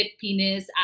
penis